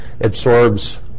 absorbs